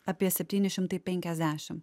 apie septyni šimtai penkiasdešimt